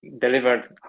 delivered